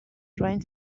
trying